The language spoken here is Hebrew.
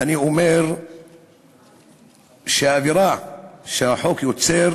אני אומר שהאווירה שהחוק יוצר